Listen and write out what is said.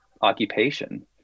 occupation